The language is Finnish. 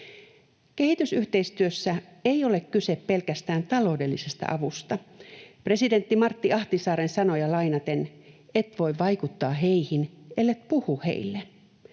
Kehitysyhteistyössä ei ole kyse pelkästään taloudellisesta avusta. Presidentti Martti Ahtisaaren sanoja lainaten: "Et voi vaikuttaa heihin, ellet puhu heille".